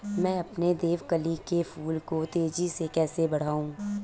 मैं अपने देवकली के फूल को तेजी से कैसे बढाऊं?